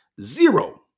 zero